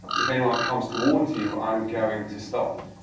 if anyone comes towards you, i'm going to stop them.